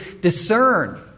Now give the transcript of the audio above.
discern